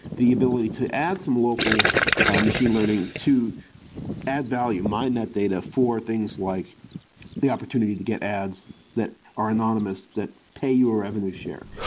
the ability to add some local machine learning to add value, mind that data for things like the opportunity to get ads that are anonymous that pay you a revenue share.